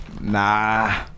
Nah